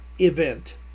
event